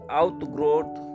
outgrowth